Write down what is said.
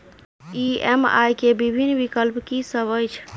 EMI केँ विभिन्न विकल्प की सब अछि